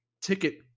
ticket